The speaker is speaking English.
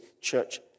church